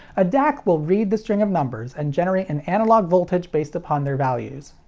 a dac will read the string of numbers, and generate an analog voltage based upon their values.